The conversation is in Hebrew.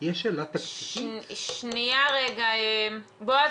בעיה משפטית, אבל אנחנו